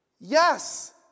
Yes